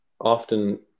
often